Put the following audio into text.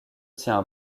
tient